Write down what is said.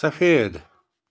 سفید